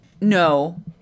no